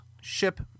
ship